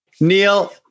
Neil